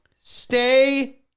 stay